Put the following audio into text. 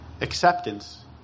Acceptance